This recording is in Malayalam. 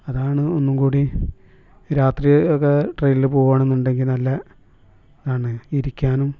അതാണ് ഒന്നുംകൂടി രാത്രി ഒക്കെ ട്രയിനിൽ പോവുകയാണ് എന്നുണ്ടെങ്കിൽ നല്ലതാണ് ഇരിക്കാനും